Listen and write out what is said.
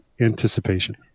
anticipation